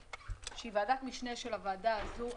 שהיא ועדת משנה של הוועדה הזו,